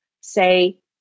say